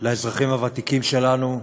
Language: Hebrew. לאזרחים הוותיקים שלנו,